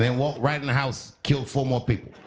and walked right in the house, killed four more people.